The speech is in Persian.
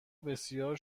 بسیار